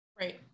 Right